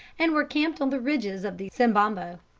and were camped on the ridges of the sembombo.